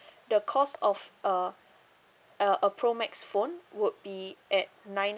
the cost of a uh a pro max phone would be at nine